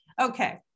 okay